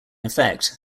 effect